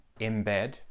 embed